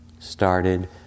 Started